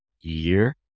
year